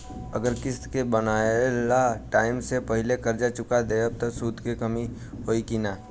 अगर किश्त के बनहाएल टाइम से पहिले कर्जा चुका दहम त सूद मे कमी होई की ना?